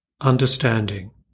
understanding